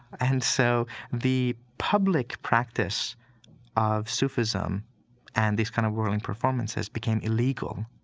and so the public practice of sufism and these kind of whirling performances became illegal,